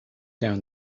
down